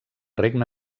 regne